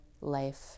life